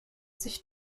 sich